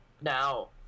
Now